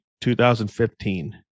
2015